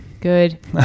Good